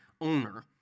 owner